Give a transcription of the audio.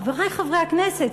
חברי חברי הכנסת,